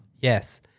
Yes